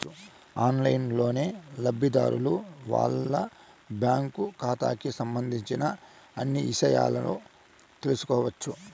ఆన్లైన్లోనే లబ్ధిదారులు వాళ్ళ బ్యాంకు ఖాతాకి సంబంధించిన అన్ని ఇషయాలు తెలుసుకోవచ్చు